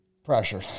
Pressure